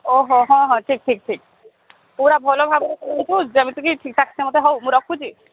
ଓହୋ ହଁ ହଁ ଠିକ୍ ଠିକ୍ ଠିକ୍ ପୁରା ଭଲ ଭାବରେ ଚୁ ଯେମିତିକି ଠିକଠାକ୍ ମୋତେ ହଉ ମୁଁ ରଖୁଛି